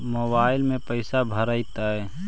Mobile में पैसा भरैतैय?